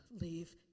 leave